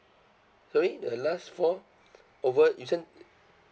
sorry the last four over you send